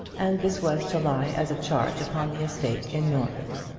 and this was to lie as a charge upon the estate in norfolk.